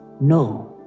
No